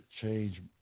change